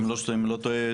אם אני לא טועה,